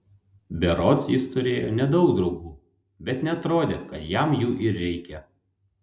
berods jis turėjo nedaug draugų bet neatrodė kad jam jų ir reikia